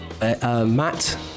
Matt